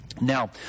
Now